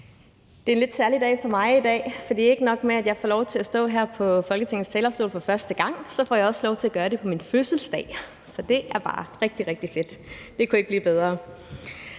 Det er en lidt særlig dag for mig i dag. For ikke nok med, at jeg får lov til at stå her på Folketingets talerstol for første gang, så får jeg også lov til at gøre det på min fødselsdag. Så det er bare rigtig, rigtig fedt – det kunne ikke blive bedre.